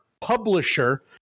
publisher